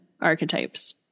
archetypes